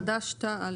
"חד"ש-תע"ל",